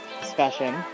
discussion